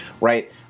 right